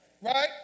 Right